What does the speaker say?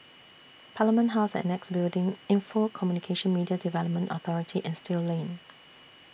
Parliament House and Annexe Building Info Communications Media Development Authority and Still Lane